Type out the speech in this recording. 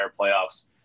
playoffs